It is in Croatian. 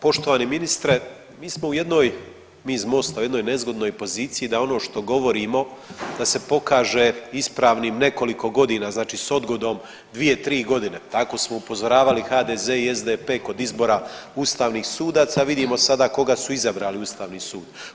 Poštovani ministre, mi smo u jednoj, mi iz Mosta, u jednoj nezgodnoj poziciji da ono što govorimo, da se pokaže ispravnim nekoliko godina, znači s odgodom 2, 3 godine, tako smo upozoravali HDZ i SDP kod izbora ustavnih sudaca, vidimo sada koga su izabrali u Ustavni sud.